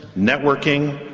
networking,